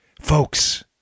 Folks